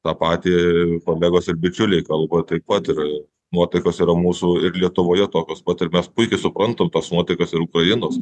tą patį kolegos ir bičiuliai kalba taip pat ir nuotaikos yra mūsų ir lietuvoje tokios pat ir mes puikiai suprantam tas nuotaikas ir ukrainos